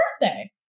birthday